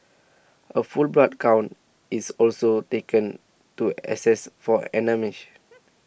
a full blood count is also taken to assess for anaemia